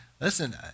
listen